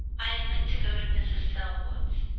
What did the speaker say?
i had meant to go to mrs. selwood's,